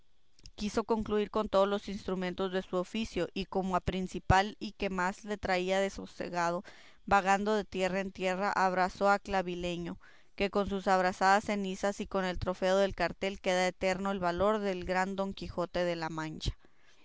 quiso concluir con todos los instrumentos de su oficio y como a principal y que más le traía desasosegado vagando de tierra en tierra abrasó a clavileño que con sus abrasadas cenizas y con el trofeo del cartel queda eterno el valor del gran don quijote de la mancha